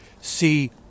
see